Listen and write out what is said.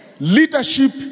Leadership